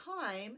time